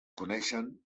coneixen